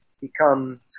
become